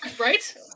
Right